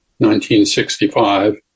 1965